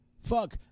Fuck